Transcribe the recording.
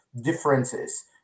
differences